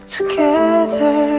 Together